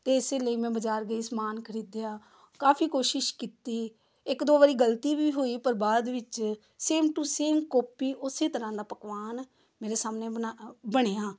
ਅਤੇ ਇਸੇ ਲਈ ਮੈਂ ਬਾਜ਼ਾਰ ਗਈ ਸਮਾਨ ਖਰੀਦਿਆ ਕਾਫੀ ਕੋਸ਼ਿਸ਼ ਕੀਤੀ ਇੱਕ ਦੋ ਵਾਰੀ ਗਲਤੀ ਵੀ ਹੋਈ ਪਰ ਬਾਅਦ ਵਿੱਚ ਸੇਮ ਟੂ ਸੇਮ ਕੋਪੀ ਉਸੇ ਤਰ੍ਹਾਂ ਦਾ ਪਕਵਾਨ ਮੇਰੇ ਸਾਹਮਣੇ ਬਣਾ ਬਣਿਆ